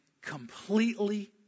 completely